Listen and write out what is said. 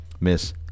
miss